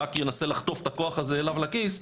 רק ינסה לחטוף את הכוח הזה אליו לכיס,